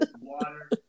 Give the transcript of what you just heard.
water